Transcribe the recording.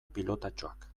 pilotatxoak